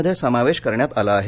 मध्ये समावेश करण्यात आला आहे